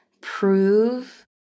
prove